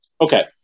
Okay